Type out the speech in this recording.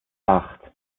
acht